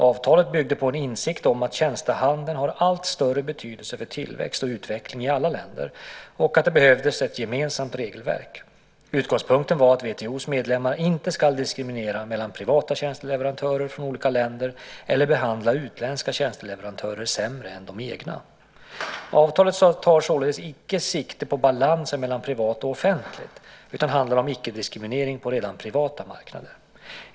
Avtalet byggde på en insikt om att tjänstehandeln har allt större betydelse för tillväxt och utveckling i alla länder och att det behövdes ett gemensamt regelverk. Utgångspunkten var att WTO:s medlemmar inte ska diskriminera mellan privata tjänsteleverantörer från olika länder eller behandla utländska tjänsteleverantörer sämre än de egna. Avtalet tar således inte sikte på balansen mellan privat och offentligt utan handlar om icke-diskriminering på redan privata marknader.